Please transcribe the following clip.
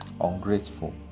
ungrateful